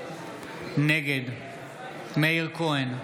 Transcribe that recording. נגד מאיר כהן,